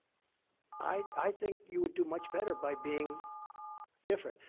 i think you would do much better by being different.